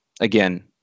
Again